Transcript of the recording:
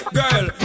girl